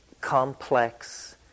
complex